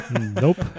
Nope